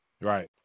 Right